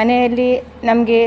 ಮನೆಯಲ್ಲಿ ನಮಗೆ